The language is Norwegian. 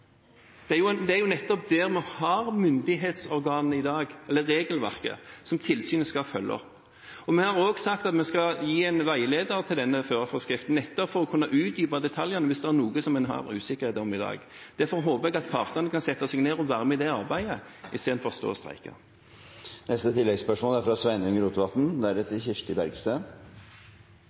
Det er der vi har regelverket, som tilsynet skal følge opp. Vi har også sagt at vi skal gi en veileder til denne førerforskriften, nettopp for å kunne utdype detaljene hvis det er noe det er usikkerhet om i dag. Derfor håper jeg at partene kan sette seg ned og være med i det arbeidet, istedenfor å stå og streike. Sveinung Rotevatn – til oppfølgingsspørsmål. Jernbanereforma er